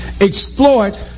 exploit